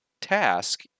task